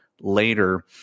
later